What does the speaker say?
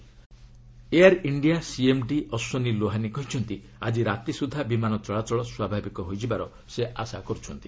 air India Air India CMD Ashwani Lohani କହିଛନ୍ତି ଆଜି ରାତି ସଦ୍ଧା ବିମାନ ଚଳାଚଳ ସ୍ୱାଭାବିକ ହୋଇଯିବାର ସେ ଆଶା କରୁଛନ୍ତି